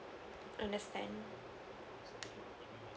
understand